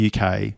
uk